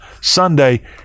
Sunday